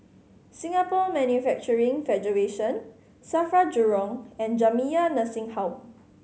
Singapore Manufacturing Federation SAFRA Jurong and Jamiyah Nursing Home